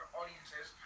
audiences